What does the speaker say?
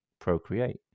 procreate